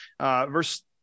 verse